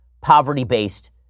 poverty-based